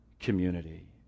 Community